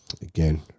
Again